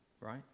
right